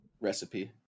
recipe